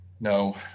no